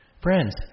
Friends